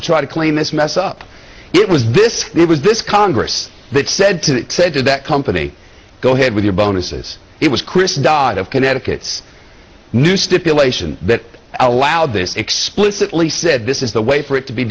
to try to clean this mess up it was this it was this congress that said to said to that company go ahead with your bonuses it was chris dodd of connecticut new stipulation that allowed this explicitly said this is the way for it to be